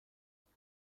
خیلی